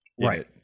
right